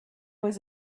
was